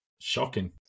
shocking